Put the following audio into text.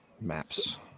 maps